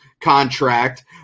contract